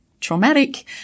traumatic